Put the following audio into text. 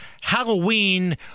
Halloween